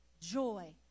Joy